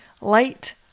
light